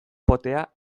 potea